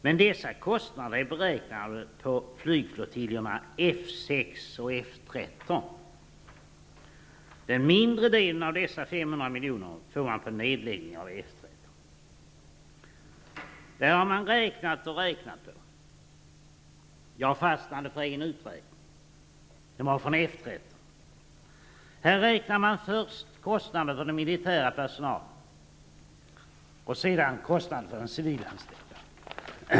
Men dessa kostnader är beräknade på flygflottiljerna F 6 och F 13. Den mindre delen av dessa 500 miljoner får man vid nedläggning av F 13. Det här har man räknat och räknat på. Jag fastnade för en uträkning. Den gällde F 13. Här har man först räknat kostnader för den militära personalen och sedan kostnader för de civilanställda.